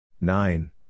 nine